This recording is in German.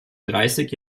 dreißig